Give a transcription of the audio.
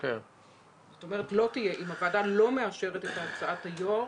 זאת אומרת, אם הוועדה לא מאשרת את הצעת היו"ר,